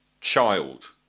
child